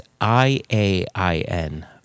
I-A-I-N